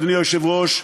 אדוני היושב-ראש,